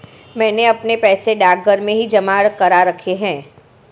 मैंने अपने पैसे डाकघर में ही जमा करा रखे हैं